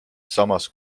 samas